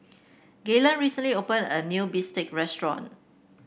Gaylen recently opened a new bistake restaurant